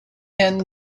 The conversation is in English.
and